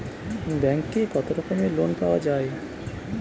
ব্যাঙ্কে কত রকমের লোন পাওয়া য়ায়?